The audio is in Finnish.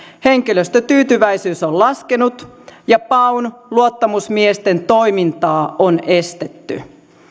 henkilöstötyytyväisyys on laskenut ja paun luottamusmiesten toimintaa on estetty